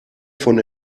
von